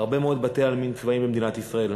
הרבה מאוד בתי-עלמין צבאיים במדינת ישראל.